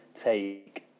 take